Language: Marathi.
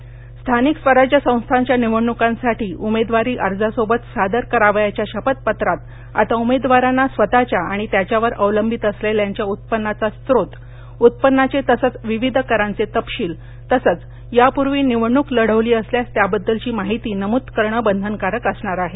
निवडणूक आयोगः स्थानिक स्वराज्य संस्थांच्या निवडणुकांसाठी उमेदवारी अर्जासोबत सदर करावयाच्या शपथपत्रात आता उमेदवारांना स्वतःच्या आणि त्याच्यावर अवलंबित असलेल्यांच्या उत्पन्नाचा स्रोत उत्पन्नाचे तसंच विविध करांचे तपशील तसंच यापूर्वी निवडणूक लढवली असल्यास त्याबद्दलची माहिती नमूद करणं बंधनकारक असणार आहे